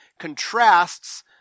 contrasts